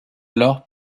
alors